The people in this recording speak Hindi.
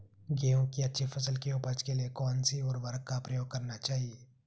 गेहूँ की अच्छी फसल की उपज के लिए कौनसी उर्वरक का प्रयोग करना चाहिए?